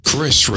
Chris